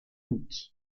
août